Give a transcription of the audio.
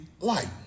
light